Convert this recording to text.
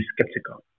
skeptical